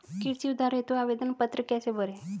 कृषि उधार हेतु आवेदन पत्र कैसे भरें?